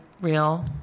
real